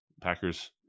Packers